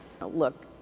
Look